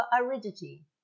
aridity